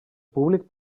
públic